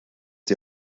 die